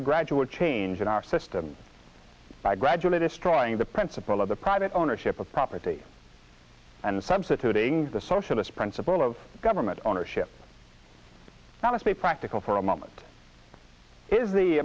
a gradual change in our system by gradually destroying the principle of the private ownership of property and substituting the socialist principle of government ownership not as a practical for a moment is the